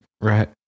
Right